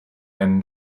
einen